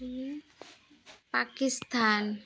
Pakistan